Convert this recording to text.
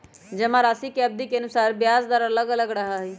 जमाराशि के अवधि के अनुसार ब्याज दर अलग अलग रहा हई